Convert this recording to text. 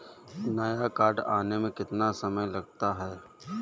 नया कार्ड आने में कितना समय लगता है?